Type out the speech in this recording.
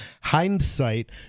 hindsight